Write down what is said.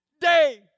day